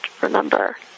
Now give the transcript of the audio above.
remember